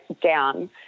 down